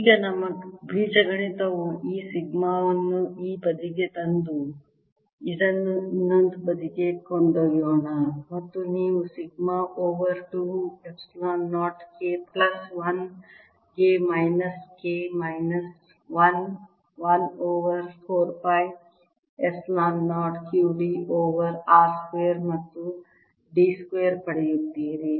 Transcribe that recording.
ಈಗ ನಮ್ಮ ಬೀಜಗಣಿತವು ಈ ಸಿಗ್ಮಾ ವನ್ನು ಈ ಬದಿಗೆ ತಂದು ಇದನ್ನು ಇನ್ನೊಂದು ಬದಿಗೆ ಕೊಂಡೊಯ್ಯೋಣ ಮತ್ತು ನೀವು sigma over 2 epsilon 0 K plus 1 ಗೆ minus K minus 1 1 over 4 pi epsilon 0 q d over r square ಮತ್ತು D ಸ್ಕ್ವೇರ್ ಪಡೆಯುತ್ತೀರಿ